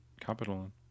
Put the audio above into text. capital